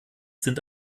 sind